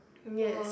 yes